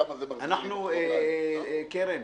קרן,